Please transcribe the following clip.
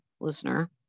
listener